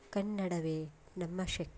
ಕನ್ನಡವೇ ನಮ್ಮ ಶಕ್ತಿ